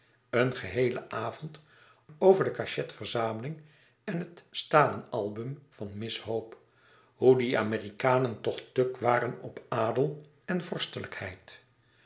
een geheelen avond over de cachet verzameling en het stalenalbum van miss hope hoe die amerikanen toch tuk waren op adel en